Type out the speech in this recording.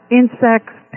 insects